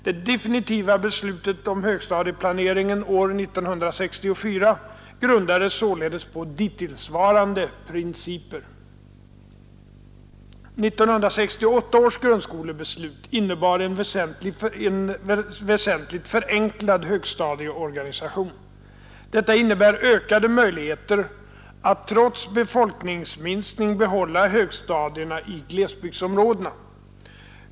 Det definitiva beslutet omshögstadieplaneringen år 1964 grundades således på dittillsvarande principer. 1968 års grundskolebeslut innebar en väsentligt förenklad högstadieorganisation. Detta innebär ökade möjligheter att trots befolkningsminskning behålla högstadierna i glesbygdsområdena.